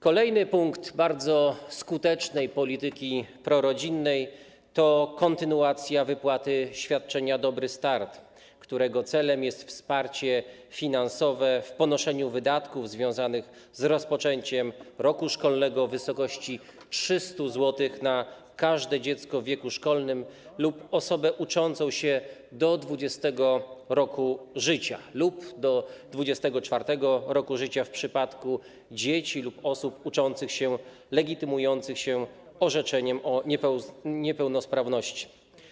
Kolejny punkt bardzo skutecznej polityki prorodzinnej to kontynuacja wypłaty świadczenia „Dobry start”, którego celem jest wsparcie finansowe w ponoszeniu wydatków związanych z rozpoczęciem roku szkolonego, w wysokości 300 zł na każde dziecko w wieku szkolnym lub osobę uczącą się do 20. roku życia lub do 24. roku życia w przypadku dzieci lub osób uczących się legitymujących się orzeczeniem o niepełnosprawności.